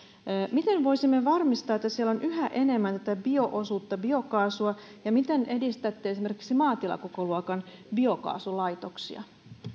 miten voisimme varmistaa että siellä on yhä enemmän tätä bio osuutta biokaasua ja miten edistätte esimerkiksi maatilakokoluokan biokaasulaitoksia